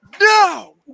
no